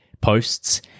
posts